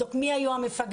לבדוק מי היו המפקדים.